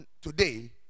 Today